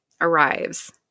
arrives